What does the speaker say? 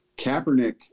Kaepernick